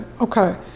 okay